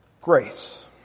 grace